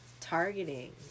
targeting